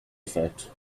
effect